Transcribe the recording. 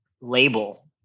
label